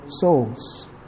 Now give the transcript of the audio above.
souls